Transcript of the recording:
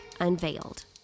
unveiled